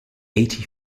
eighty